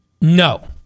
No